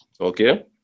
okay